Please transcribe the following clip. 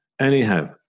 anyhow